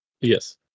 Yes